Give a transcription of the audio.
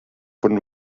von